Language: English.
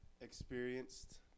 experienced